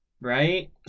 right